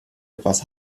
etwas